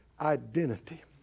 identity